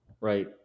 right